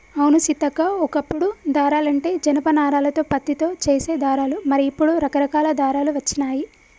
అవును సీతక్క ఓ కప్పుడు దారాలంటే జనప నారాలతో పత్తితో చేసే దారాలు మరి ఇప్పుడు రకరకాల దారాలు వచ్చినాయి